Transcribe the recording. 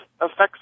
affects